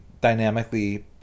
dynamically